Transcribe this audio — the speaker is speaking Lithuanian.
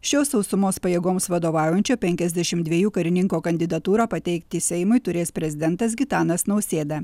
šio sausumos pajėgoms vadovaujančio penkiasdešim dvejų karininko kandidatūrą pateikti seimui turės prezidentas gitanas nausėda